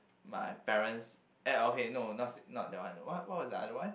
my parents uh okay no no not that one what was the other one